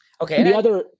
Okay